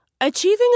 Achieving